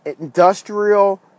industrial